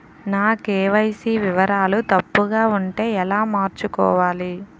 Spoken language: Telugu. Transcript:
నా కే.వై.సీ వివరాలు తప్పుగా ఉంటే ఎలా మార్చుకోవాలి?